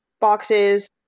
boxes